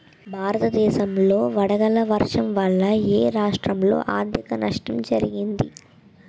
భారతదేశం లో వడగళ్ల వర్షం వల్ల ఎ రాష్ట్రంలో అధిక నష్టం జరిగింది?